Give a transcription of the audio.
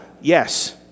yes